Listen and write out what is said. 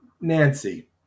Nancy